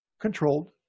controlled